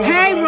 Hey